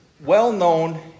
well-known